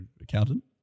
accountant